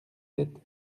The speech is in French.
sept